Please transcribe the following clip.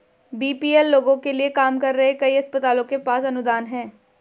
BPL लोगों के लिए काम कर रहे कई अस्पतालों के पास अनुदान हैं